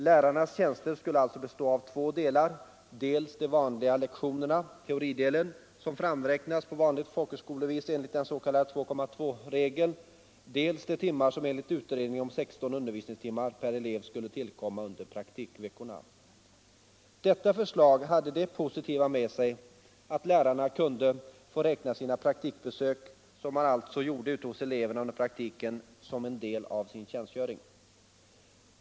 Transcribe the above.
Lärarnas tjänster skulle alltså bestå av två delar: dels de vanliga lektionerna, teoridelen, som framräknats på vanligt folkhögskolevis enligt den s.k. 2,2-regeln, dels de timmar som i form av tilldelning av 16 undervisningstimmar per elev skulle tillkomma under praktikveckorna. Detta förslag hade det positiva med sig att lärarna kunde få räkna sina praktikbesök, vilka de alltså skulle göra ute hos eleverna under praktiken, som en del av sin tjänstgöring.